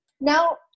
Now